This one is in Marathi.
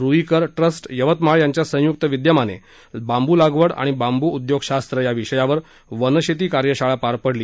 रूईकर ट्रस्ट यवतमाळ यांच्या संयुक्त विदयमाने बांब् लागवड आणि बांब् उदयोगशास्त्र या विषयावर वनशेती कार्यशाळा पार पडली